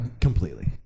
Completely